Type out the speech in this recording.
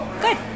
Good